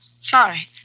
Sorry